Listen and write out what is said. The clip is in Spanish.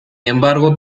embargo